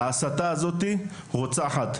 ההסתה הזאת רוצחת.